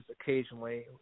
occasionally